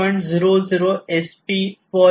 ० SP १२ E 0